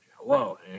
hello